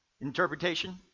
Interpretation